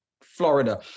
Florida